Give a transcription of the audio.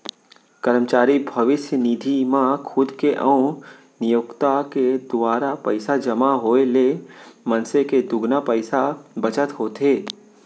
करमचारी भविस्य निधि म खुद के अउ नियोक्ता के दुवारा पइसा जमा होए ले मनसे के दुगुना पइसा बचत होथे